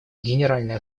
генеральной